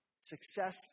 success